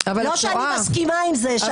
לא שאני מסכימה עם זה -- אבל את טועה.